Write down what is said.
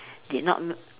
did not m~